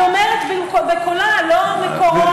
היא אומרת בקולה, לא מקורות.